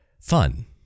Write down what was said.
fun